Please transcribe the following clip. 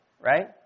right